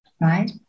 right